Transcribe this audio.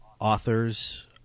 authors